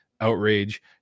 outrage